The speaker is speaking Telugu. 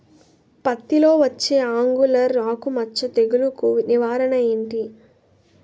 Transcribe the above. పత్తి లో వచ్చే ఆంగులర్ ఆకు మచ్చ తెగులు కు నివారణ ఎంటి?